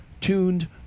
tuned